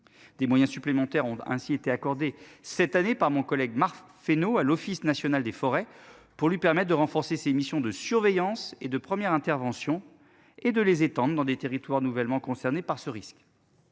Des moyens supplémentaires ont ainsi été. Cette année par mon collègue Marc Fesneau à l'Office national des forêts pour lui permettent de renforcer ses missions de surveillance et de première intervention et de les étendre dans des territoires nouvellement concernées par ce risque.